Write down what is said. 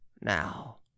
now